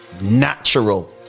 natural